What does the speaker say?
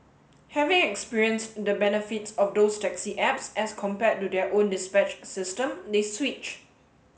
having experienced the benefits of those taxi apps as compared to their own dispatch system they switch